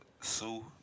sue